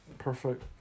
perfect